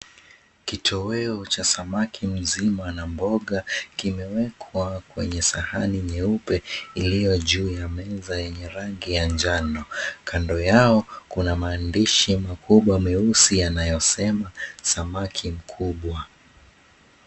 Kitoweo cha samaki mzima na mboga, kimewekwa kwenye sahani nyeupe iliyo juu ya meza yenye rangi ya njano. Kando yao kuna maandishi makubwa mwusi yanayosema samaki mkubwa.